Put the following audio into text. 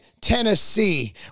Tennessee